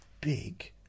big